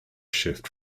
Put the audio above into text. shift